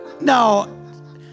No